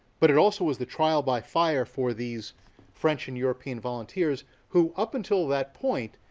but it also was the trial by fire for these french and european volunteers, who up until that point,